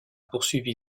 poursuivi